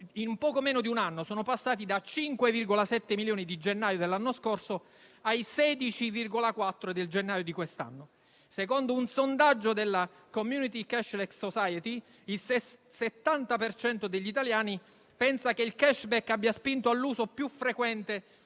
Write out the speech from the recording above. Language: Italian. in poco meno di un anno, sono passate dai 5,7 milioni del gennaio dell'anno scorso ai 16,4 del gennaio di quest'anno. Secondo un sondaggio della Community cashless society, il 70 per cento degli italiani pensa che il *cashback* abbia spinto ad un uso più frequente